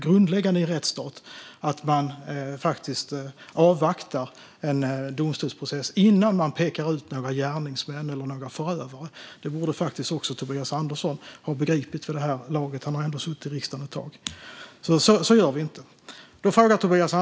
Grundläggande i en rättsstat är att avvakta en domstolsprocess innan man pekar ut några gärningsmän eller förövare. Det borde också Tobias Andersson ha begripit vid det här laget. Han har ändå suttit i riksdagen ett tag. Så gör vi inte.